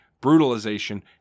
brutalization